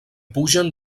pugen